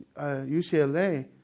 UCLA